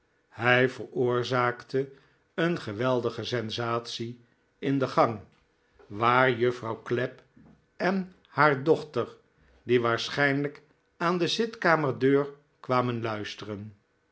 hij veroorzaaktc een geweldige sensatie in de gang waar juffrouw clapp en haar dochter die waarschijnlijk aan de zitkamerdeur kwamen luisteren